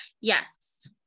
Yes